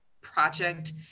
project